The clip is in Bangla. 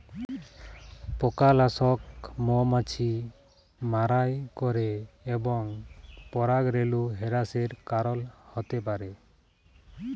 পকালাসক মমাছি মারাই ক্যরে এবং পরাগরেলু হেরাসের কারল হ্যতে পারে